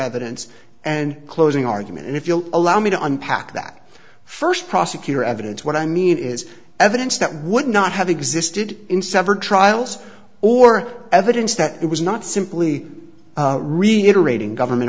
evidence and closing argument and if you'll allow me to unpack that first prosecutor evidence what i mean is evidence that would not have existed in several trials or evidence that it was not simply reiterating government